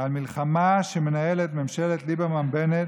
המלחמה שמנהלת ממשלת ליברמן-בנט